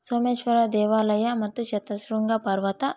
ಸೋಮೇಶ್ವರ ದೇವಾಲಯ ಮತ್ತು ಶತಶೃಂಗ ಪರ್ವತ